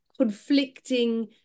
Conflicting